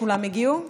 כולם הגיעו?